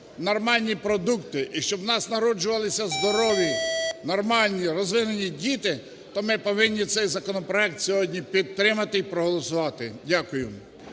нормальні продукти, і щоб в нас народжувалися здорові, нормальні, розвинені діти, то ми повинні цей законопроект сьогодні підтримати і проголосувати. Дякую.